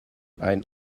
ein